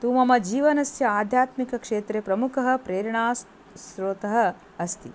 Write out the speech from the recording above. तु मम जीवनस्य आध्यात्मिकक्षेत्रे प्रमुखः प्रेरणास्रोतः अस्ति